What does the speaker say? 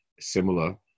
similar